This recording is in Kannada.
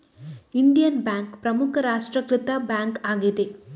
ಇಂಡಿಯನ್ ಬ್ಯಾಂಕ್ ಪ್ರಮುಖ ರಾಷ್ಟ್ರೀಕೃತ ಬ್ಯಾಂಕ್ ಆಗಿದೆ